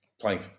playing